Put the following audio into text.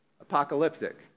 apocalyptic